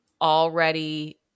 already